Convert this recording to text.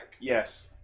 Yes